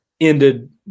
ended